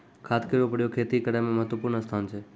खाद केरो प्रयोग खेती करै म महत्त्वपूर्ण स्थान छै